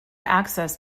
access